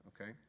okay